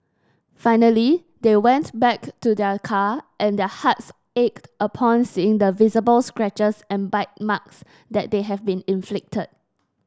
finally they went back to their car and their hearts ached upon seeing the visible scratches and bite marks that they have been inflicted